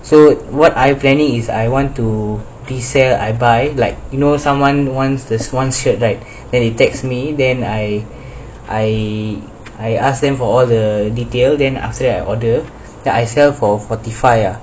so what I planning is I want to I buy like you know someone wants this one shirt right then he text me then I I I ask them for all the detail then after that I order I sell for forty five ah